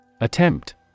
Attempt